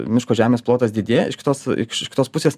miško žemės plotas didėja iš kitos iš kitos pusės